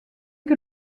que